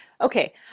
okay